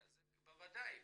בוודאי.